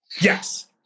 Yes